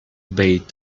bade